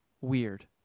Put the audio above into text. weird